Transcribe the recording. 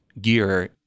gear